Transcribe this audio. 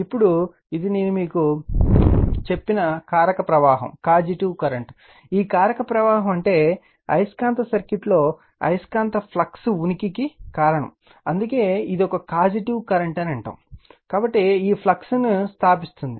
ఇప్పుడు ఇది నేను మీకు చెప్పిన కారక ప్రవాహం కాజెటివ్ కరెంట్ ఈ కారక ప్రవాహం అంటే అయస్కాంత సర్క్యూట్లో అయస్కాంత ఫ్లక్స్ ఉనికికి కారణం అందుకే ఇది ఒక కాజెటివ్ కరెంట్ అని అంటాము కాబట్టి ఈ ఫ్లక్స్ ను స్తాపిస్తుంది